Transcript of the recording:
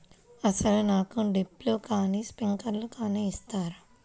అసలు నాకు డ్రిప్లు కానీ స్ప్రింక్లర్ కానీ ఇస్తారా?